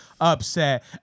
Upset